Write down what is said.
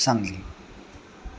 Sangli